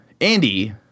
Andy